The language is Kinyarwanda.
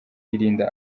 irinda